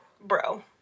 bro